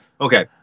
Okay